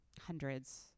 hundreds